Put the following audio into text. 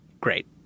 great